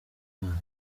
umwana